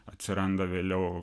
atsiranda vėliau